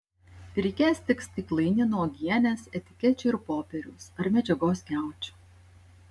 reikės tik stiklainių nuo uogienės etikečių ir popieriaus ar medžiagos skiaučių